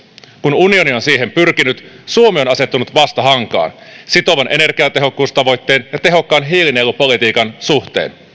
kun unioni on siihen pyrkinyt suomi on asettunut vastahankaan sitovan energiatehokkuustavoitteen ja tehokkaan hiilinielupolitiikan suhteen